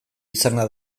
izana